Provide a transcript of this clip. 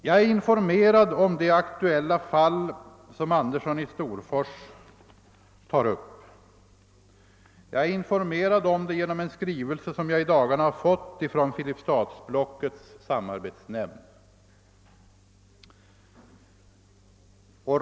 Jag är informerad om det fall, som herr Andersson i Storfors tar upp, genom en skrivelse som jag i dagarna fått från Filipstadsblockets samarbetsnämnd.